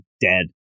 dead